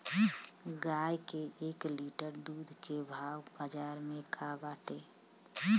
गाय के एक लीटर दूध के भाव बाजार में का बाटे?